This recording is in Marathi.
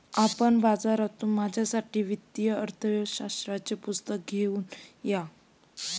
आपण बाजारातून माझ्यासाठी वित्तीय अर्थशास्त्राचे पुस्तक घेऊन या